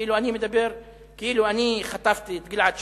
כאילו אני חטפתי את גלעד שליט.